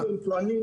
על זה שהם טוענים,